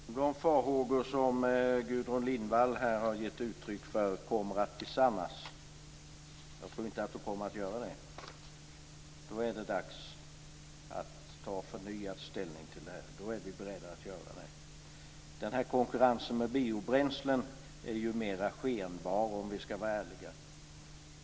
Fru talman! De farhågor som Gudrun Lindvall här har gett uttryck för tror jag inte kommer att besannas. Då är det dags att ta förnyad ställning. Då är vi beredda att göra det. Konkurrensen med biobränslen är ju mera skenbar, om vi skall vara ärliga.